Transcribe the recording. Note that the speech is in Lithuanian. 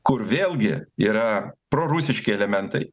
kur vėlgi yra prorusiški elementai